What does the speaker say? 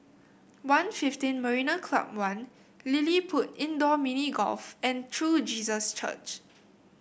One Fifteen Marina Club One LilliPutt Indoor Mini Golf and True Jesus Church